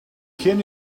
can